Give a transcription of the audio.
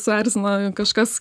suerzina kažkas